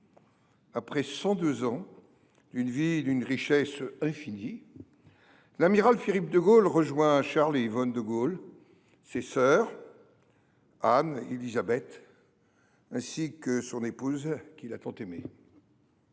Après 102 ans d’une vie d’une richesse infinie, l’amiral Philippe de Gaulle rejoint Charles et Yvonne de Gaulle, ses sœurs Anne et Élisabeth, ainsi que son épouse, qu’il a tant aimés.